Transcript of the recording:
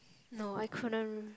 no I couldn't